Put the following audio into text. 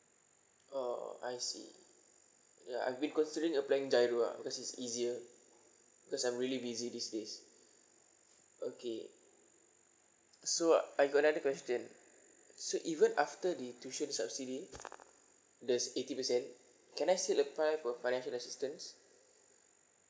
oh I see yeah I've been considering applying G_I_R_O ah because it's easier because I'm really busy these days okay so uh I got another question so even after the tuition subsidy that's eighty percent can I still apply for financial assistance